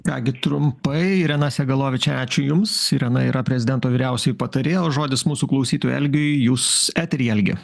ką gi trumpai irena segalovičė ačiū jums irena yra prezidento vyriausioji patarėja o žodis mūsų klausytojui algiui jūs etery algi